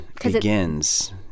begins